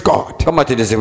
God